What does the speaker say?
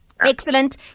Excellent